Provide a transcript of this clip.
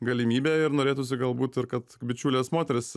galimybę ir norėtųsi gal būt ir kad bičiulės moterys